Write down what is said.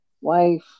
wife